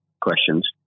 questions